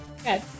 okay